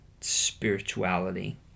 spirituality